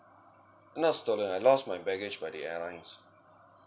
not stolen I lost my baggage by the airlines